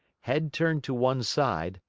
head turned to one side,